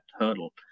hurdle